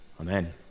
Amen